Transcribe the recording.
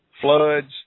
floods